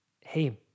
hey